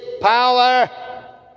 power